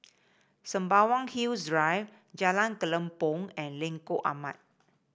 Sembawang Hills Drive Jalan Kelempong and Lengkok Empat